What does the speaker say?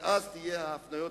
ואז יהיו ההפניות.